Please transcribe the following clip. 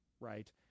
right